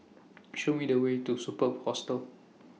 Show Me The Way to Superb Hostel